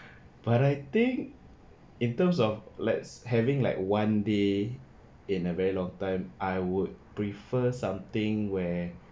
but I think in terms of like having like one day in a very long time I would prefer something where